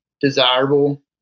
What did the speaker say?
desirable